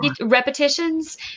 repetitions